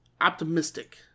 optimistic